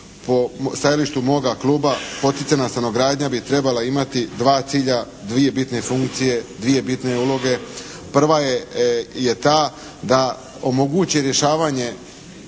po stajalištu moga kluba poticajna stanogradnja bi trebala imati dva cilja, dvije bitne funkcije, dvije bitne uloge. Prva je ta da omogući rješavanje